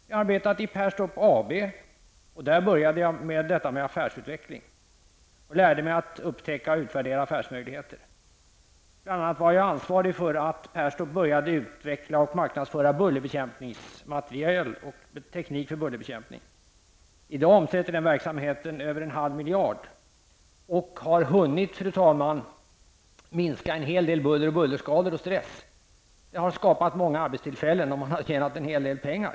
Jag har arbetat i Perstorp AB, och där började jag med affärsutveckling. Jag lärde mig att upptäcka och utvärdera affärsmöjligheter. Jag var bl.a. ansvarig för att Perstorp började utveckla och marknadsföra bullerbekämpningsmateriel och teknik för bullerbekämpning. I dag omsätter den verksamheten över en halv miljard kronor. Man har även, fru talman, hunnit minska en hel del buller, bullerskador och stress. Det har skapat många arbetstillfällen, och man har tjänat en hel del pengar.